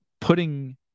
putting